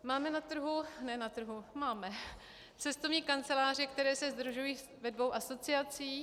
Máme na trhu ne na trhu, máme cestovní kanceláře, které se sdružují ve dvou asociacích.